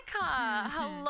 hello